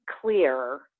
clear